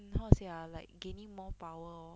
mm how to say ah like getting more power